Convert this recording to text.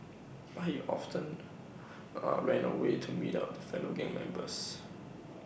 but he often ran away to meet up with fellow gang members